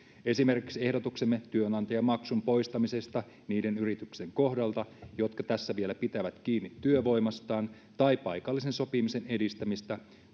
esimerkiksi ehdotuksemme työnantajamaksun poistamisesta niiden yritysten kohdalta jotka tässä vielä pitävät kiinni työvoimastaan tai paikallisen sopimisen edistämisestä